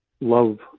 love